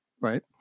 right